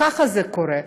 ככה זה קורה.